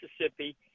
Mississippi